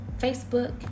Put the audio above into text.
Facebook